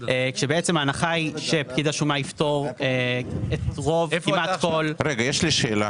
כשההנחה היא שפקיד השומה יפטור את כמעט כל --- יש לי שאלה.